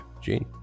Gene